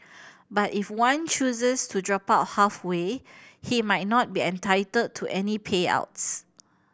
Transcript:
but if one chooses to drop out halfway he might not be entitled to any payouts